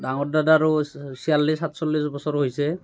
ডাঙৰ দাদাৰো ছয়াল্লিছ সাতচল্লিছ বছৰমান হৈছে